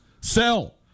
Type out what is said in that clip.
Sell